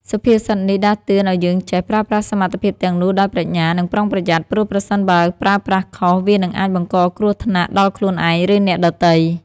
សុភាសិតនេះដាស់តឿនឲ្យយើងចេះ ប្រើប្រាស់សមត្ថភាពទាំងនោះដោយប្រាជ្ញា និងប្រុងប្រយ័ត្ន ព្រោះប្រសិនបើប្រើប្រាស់ខុស វានឹងអាចបង្កគ្រោះថ្នាក់ដល់ខ្លួនឯង ឬអ្នកដទៃ។